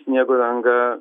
sniego danga